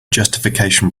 justification